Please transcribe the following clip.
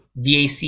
VAC